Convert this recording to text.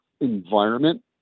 environment